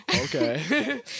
okay